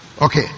Okay